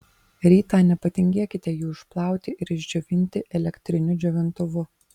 rytą nepatingėkite jų išplauti ir išdžiovinti elektriniu džiovintuvu